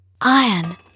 Iron